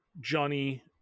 johnny